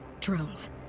Drones